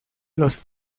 los